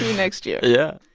next year yeah,